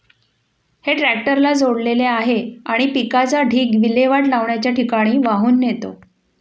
हे ट्रॅक्टरला जोडलेले आहे आणि पिकाचा ढीग विल्हेवाट लावण्याच्या ठिकाणी वाहून नेतो